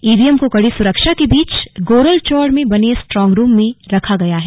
ई V M को कड़ी सुरक्षा के बीच गोरलचौड़ में बने स्ट्रॉन्ग रूम में रखा गया है